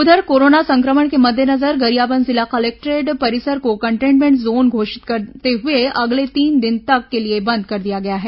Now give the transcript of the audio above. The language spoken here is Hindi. उधर कोरोना संक्रमण के मद्देनजर गरियाबंद जिला कलेक्टोरेट परिसर को कंटेनमेन्ट जोन घोषित करते हुए अगले तीन दिन तक के लिए बंद कर दिया गया है